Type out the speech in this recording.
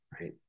Right